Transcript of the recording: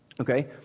Okay